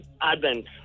Advent